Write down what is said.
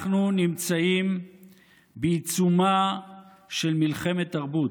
אנחנו נמצאים בעיצומה של מלחמת תרבות,